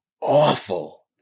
awful